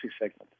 segment